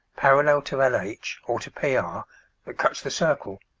parallel to l h, or to p r that cuts the circle.